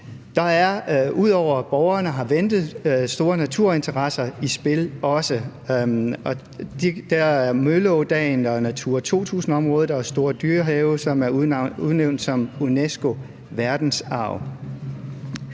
eller ej. Ud over at borgerne har ventet, er der store naturinteresser i spil. Der er Mølleådalen og Natura 2000-områderne og Store Dyrehave, som er udnævnt til UNESCO-verdensarv.